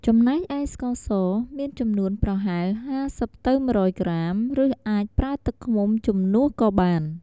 ចំណែកឯស្ករស មានចំនួនប្រហែល ៥០-១០០ ក្រាម ឬអាចប្រើទឹកឃ្មុំជំនួសក៏បាន។